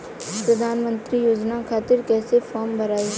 प्रधानमंत्री योजना खातिर कैसे फार्म भराई?